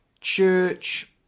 church